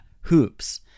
Hoops